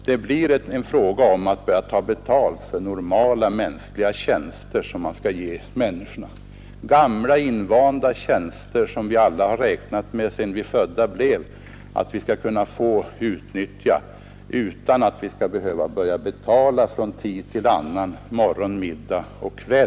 Det blir då fråga om att börja ta betalt för normala mänskliga tjänster, gamla och invanda tjänster som vi alla sedan vi födda blev räknat med att kunna ta i anspråk utan att behöva betala för morgon, middag och kväll.